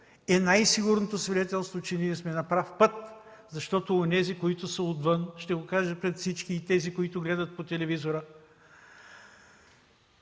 е най-сигурното свидетелство, че ние сме на прав път. Защото онези, които са отвън – ще го кажа пред всички и пред тези, които гледат по телевизора,